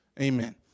Amen